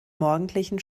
morgendlichen